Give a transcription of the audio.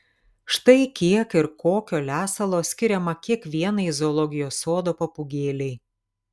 štai kiek ir kokio lesalo skiriama kiekvienai zoologijos sodo papūgėlei